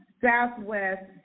Southwest